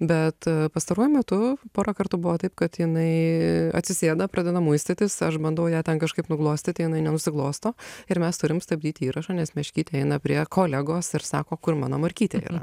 bet pastaruoju metu porą kartų buvo taip kad jinai atsisėda pradeda muistytis aš bandau ją ten kažkaip nuglostyti jinai nenusiglosto ir mes turim stabdyti įrašą nes meškytė eina prie kolegos ir sako kur mano morkytė yra